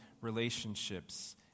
relationships